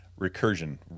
recursion